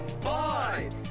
five